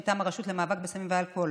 מטעם הרשות למאבק בסמים ואלכוהול,